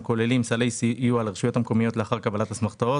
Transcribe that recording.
כוללים סלי סיוע לרשויות המקומיות לאחר קבלת אסמכתאות,